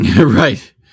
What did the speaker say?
right